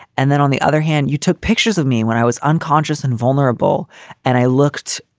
and then on the other hand, you took pictures of me when i was unconscious and vulnerable and i looked,